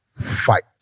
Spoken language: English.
Fight